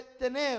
tener